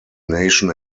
nation